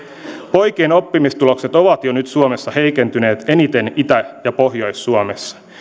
poikien oppimistulokset ovat jo nyt suomessa heikentyneet eniten itä ja pohjois suomessa